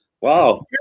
Wow